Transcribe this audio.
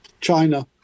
China